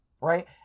Right